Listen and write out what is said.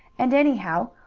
and, anyhow,